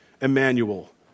Emmanuel